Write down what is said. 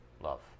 Love